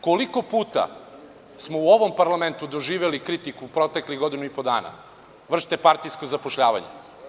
Koliko puta smo u ovom parlamentu doživeli kritiku u proteklih godinu i po dana – vršite partijsko zapošljavanje.